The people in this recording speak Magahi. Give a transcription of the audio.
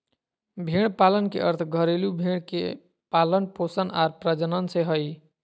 भेड़ पालन के अर्थ घरेलू भेड़ के पालन पोषण आर प्रजनन से हइ